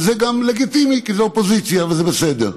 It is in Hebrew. וזה גם לגיטימי, כי זו אופוזיציה, וזה בסדר.